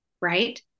Right